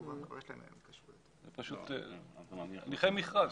זה פשוט הליכי מכרז.